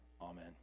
Amen